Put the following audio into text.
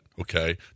Okay